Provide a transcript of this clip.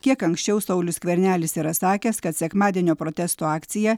kiek anksčiau saulius skvernelis yra sakęs kad sekmadienio protesto akcija